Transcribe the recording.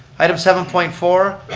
item seven point four,